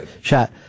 shot